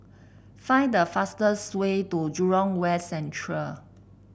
find the fastest way to Jurong West Central